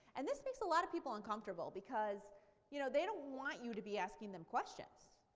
and this makes a lot of people uncomfortable because you know they don't want you to be asking them questions.